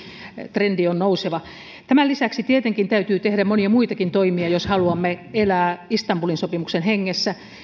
trendi on nouseva tämän lisäksi tietenkin täytyy tehdä monia muitakin toimia jos haluamme elää istanbulin sopimuksen hengessä